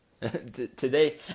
Today